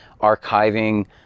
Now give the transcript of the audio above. archiving